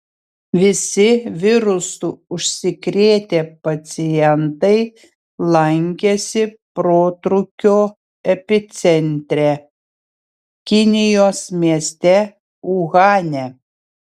visi virusu užsikrėtę pacientai lankėsi protrūkio epicentre kinijos mieste uhane